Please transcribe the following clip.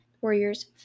Warriors